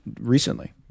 recently